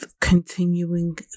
continuing